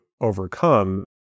overcome